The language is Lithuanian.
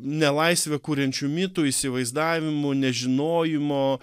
nelaisvę kuriančių mitų įsivaizdavimų nežinojimo